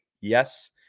yes